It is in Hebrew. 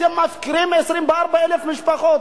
אתם מפקירים 24,000 משפחות.